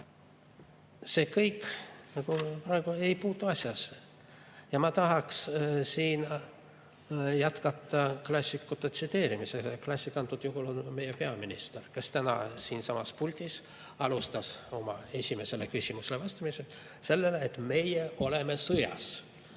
see kõik nagu praegu ei puutu asjasse. Ma tahaks siin jätkata klassikute tsiteerimisega. Klassik antud juhul on meie peaminister, kes täna siinsamas puldis alustas oma esimesele küsimusele vastamist sellega, et meie oleme sõjas.